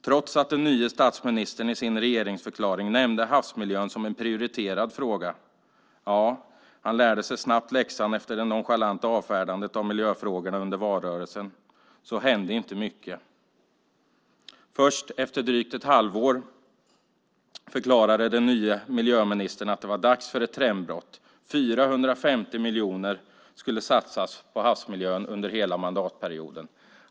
Trots att den nya statsministern i sin regeringsförklaring nämnde havsmiljön som en prioriterad fråga - han lärde sig snabbt läxan efter det nonchalanta avfärdandet av miljöfrågorna under valrörelsen - hände inte mycket. Först efter drygt ett halvår förklarade den nya miljöministern att det var dags för ett trendbrott. 450 miljoner skulle satsas på havsmiljön under hela mandatperioden.